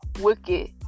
wicked